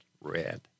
Red